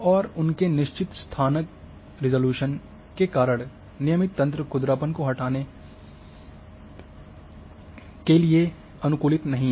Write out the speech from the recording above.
और उनके निश्चित स्थानिक रिज़ॉल्यूशन के कारण नियमित तंत्र खुरदरापन को हटाने के लिए अनुकूलित नहीं हैं